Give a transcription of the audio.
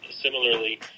similarly